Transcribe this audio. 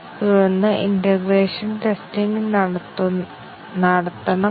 അതിനാൽ 2 ൽ നിന്ന് സ്റ്റേറ്റ്മെന്റ് 5 ൽ ഡെഫിനീഷൻ ലൈവ് ആണ്